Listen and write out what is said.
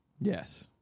Yes